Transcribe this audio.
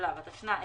התשנ"ה 1995,